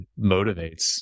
motivates